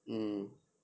mm